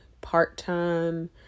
part-time